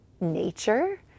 nature